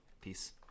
Peace